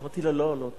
אמרתי לו: לא,